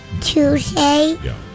Tuesday